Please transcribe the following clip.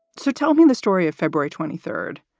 so tell me the story of february twenty third.